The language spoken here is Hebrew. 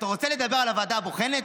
אתה רוצה לדבר על הוועדה הבוחנת,